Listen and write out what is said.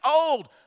old